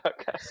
Okay